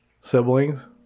siblings